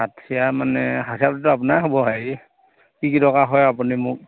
হাঠিয়াৰ মানে হাঠিয়াৰটোতো আপোনাৰ হ'ব হেৰি কি কি টকা হয় আপুনি মোক